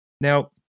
Now